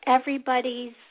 Everybody's –